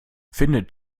findet